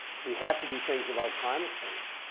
we have to do things about climate change.